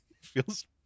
Feels